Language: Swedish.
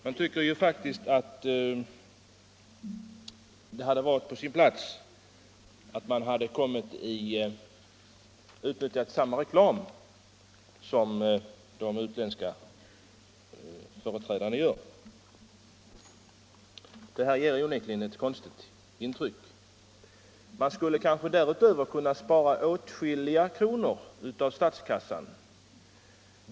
Man tycker faktiskt att det hade varit på sin plats att de utnyttjade samma möjlighet till reklam som de utländska företrädarna gör. Det här ger inte bara ett konstigt intryck utan man skulle kanske också kunna spara åtskilliga kronor för statskassan.